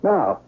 Now